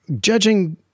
judging